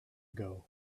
ago